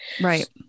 Right